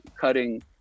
cutting